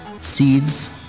seeds